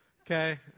Okay